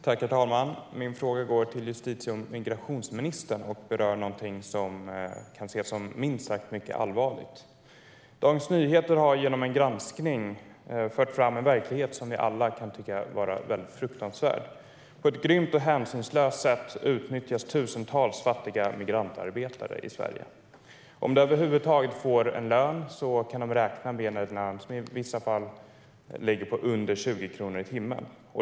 Herr talman! Min fråga går till justitie och migrationsministern och berör något som kan ses som minst sagt mycket allvarligt. Dagens Nyheter har genom en granskning fört fram en verklighet som vi alla kan tycka är fruktansvärd. På ett grymt och hänsynslöst sätt utnyttjas tusentals fattiga migrantarbetare i Sverige. Om de över huvud taget får en lön kan de räkna med en lön som i vissa fall ligger på under 20 kronor i timmen.